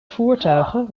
voertuigen